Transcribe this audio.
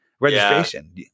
registration